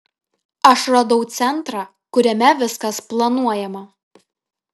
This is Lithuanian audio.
aš radau centrą kuriame viskas planuojama